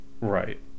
Right